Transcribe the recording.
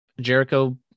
Jericho